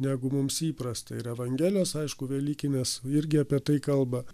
negu mums įprasta ir evangelijos aišku velykinės irgi apie tai kalba